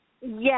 Yes